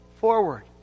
forward